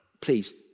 Please